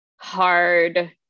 hard